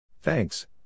Thanks